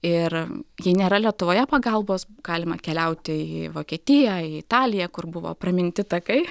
ir jei nėra lietuvoje pagalbos galima keliauti į vokietiją italiją kur buvo praminti takai